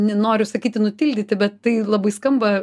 noriu sakyti nutildyti bet tai labai skamba